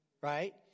Right